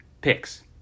picks